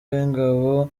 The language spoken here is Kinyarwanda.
w’ingabo